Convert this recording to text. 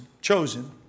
chosen